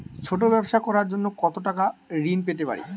ছোট ব্যাবসা করার জন্য কতো টাকা ঋন পেতে পারি?